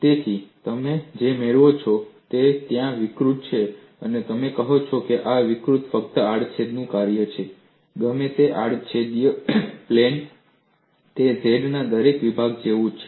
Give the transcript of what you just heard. તેથી તમે જે મેળવો છો તે ત્યાં વિકૃત છે અને તમે કહો છો કે આ વિકૃત ફક્ત આડ છેદનું કાર્ય છે ગમે તે આડ છેદીય પ્લેન હોય તે z ના દરેક વિભાગ જેવું જ છે